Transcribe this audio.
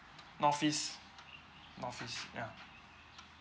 north east north east ya